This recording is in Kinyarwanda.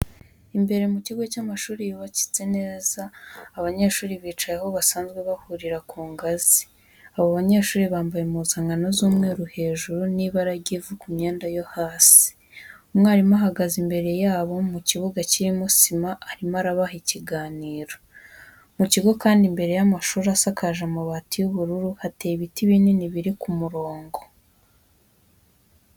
Imbere mu kigo cy'amashuri yubakitse neza, abanyeshuri bicaye aho basanzwe bahurira ku ngazi. Abo banyeshuri bambaye impuzankano z'umweru hejuru n'ibara ry'ivu ku myenda yo hasi. Umwarimu ahagaze imbere ya bo, mu kibuga kirimo sima, arimo arabaha ikiganiro. Mu kigo kandi imbere y'amashuri, asakaje amabati y'ubururu, hateye ibiti binini biri ku murongo.